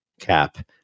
Cap